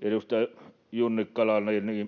edustaja Junnilalle: